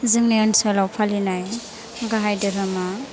जोंनि ओनसोलाव फालिनाय गाहाय दोहोरोमा